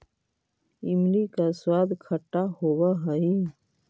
इमली का स्वाद खट्टा होवअ हई